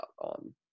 on